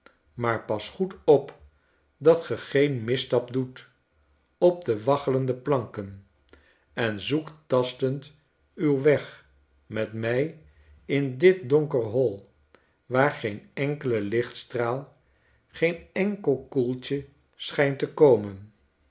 maar pas goed op dat ge geen misstap doet op de waggelende planken en zoek tastend uw weg met mij in dit donker hoi waar geen enkele lichtstraal geen enkelkoeltje schijntte komen